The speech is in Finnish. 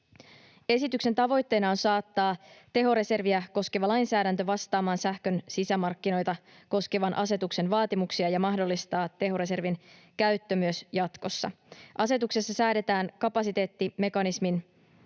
Esityksen tavoitteena on saattaa tehoreserviä koskeva lainsäädäntö vastaamaan sähkön sisämarkkinoita koskevan asetuksen vaatimuksia ja mahdollistaa tehoreservin käyttö myös jatkossa. Asetuksessa säädetään kapasiteettimekanismin